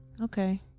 Okay